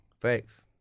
Thanks